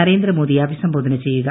നരേന്ദ്ര മോദി അഭിസംബോധന ചെയ്യുക